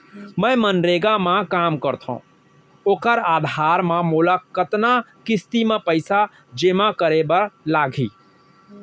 मैं मनरेगा म काम करथो, ओखर आधार म मोला कतना किस्ती म पइसा जेमा करे बर लागही?